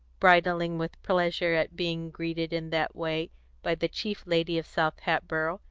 bridling with pleasure at being greeted in that way by the chief lady of south hatboro',